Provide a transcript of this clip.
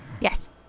Yes